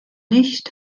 nicht